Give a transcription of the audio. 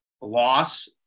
loss